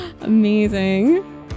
amazing